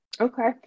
okay